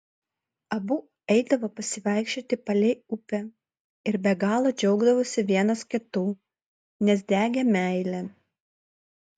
abu eidavo pasivaikščioti palei upę ir be galo džiaugdavosi vienas kitu nes degė meile